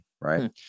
Right